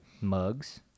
Mugs